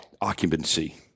occupancy